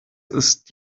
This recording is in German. ist